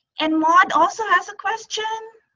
and mod also has a question.